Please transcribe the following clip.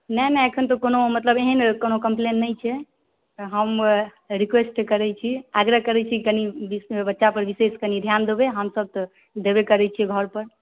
नहि नहि एखन तऽ कोनो मतलब एहन कोनो कम्प्लेन नहि छै हम रिक्वेस्ट करै छी आग्रह करै छी कनि बी बच्चापर विशेष कनि ध्यान देबै हमसभ तऽ देबे करै छियै घरपर